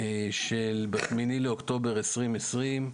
יצא ב-8.10.2020,